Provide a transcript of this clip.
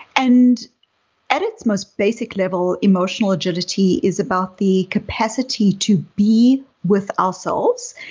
and at its most basic level emotional agility is about the capacity to be with ourselves.